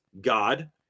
God